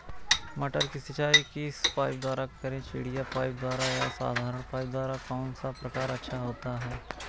मटर की सिंचाई किस पाइप द्वारा करें चिड़िया पाइप द्वारा या साधारण पाइप द्वारा कौन सा प्रकार अच्छा होता है?